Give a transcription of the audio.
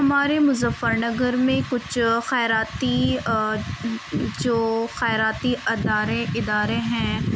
ہمارے مظفر نگر میں کچھ خیراتی جو خیراتی ادارے ادارے ہیں